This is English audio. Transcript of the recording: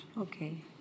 Okay